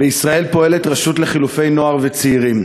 בישראל פועלת רשות לחילופי נוער וצעירים,